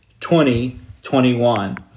2021